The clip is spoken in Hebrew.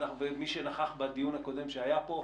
מי שנכח בדיון הקודם שהיה פה,